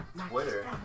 Twitter